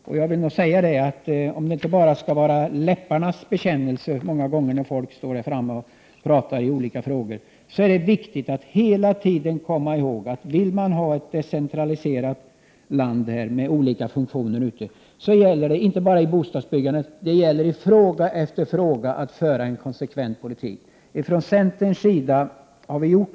Många gånger är det bara fråga om en läpparnas bekännelse när man står här i talarstolen. Men det är viktigt att hela tiden komma ihåg att vill man ha en decentralisering av de olika funktionerna i vårt land, gäller det — inte bara beträffande bostadsbyggandet utan också i en rad andra frågor — att föra en konsekvent politik. Det är vad vi i centern har gjort.